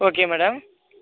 okay madam